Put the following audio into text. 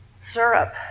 syrup